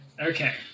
Okay